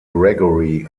gregory